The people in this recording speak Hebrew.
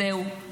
זהו,